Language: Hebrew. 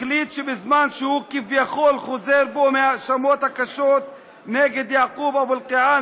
החליט שבזמן שהוא כביכול חוזר בו מההאשמות הקשות נגד יעקוב אבו אלקיעאן,